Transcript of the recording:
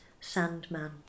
Sandman